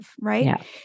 right